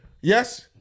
Yes